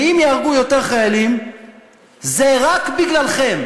ואם ייהרגו יותר חיילים זה יהיה רק בגללכם,